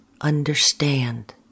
understand